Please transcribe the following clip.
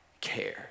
care